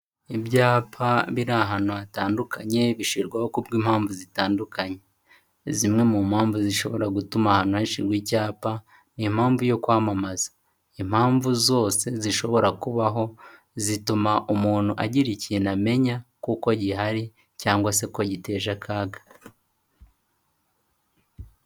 Ibyapa biri ahantu hatandukanye bishirwaho ku bw'impamvu zitandukanye. Zimwe mu mpamvu zishobora gutuma ahantu hashirwa icyapa ni impamvu yo kwamamaza. Impamvu zose zishobora kubaho zituma umuntu agira ikintu amenya kuko gihari cyangwa se ko giteje akaga.